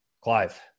Clive